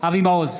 אבי מעוז,